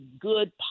good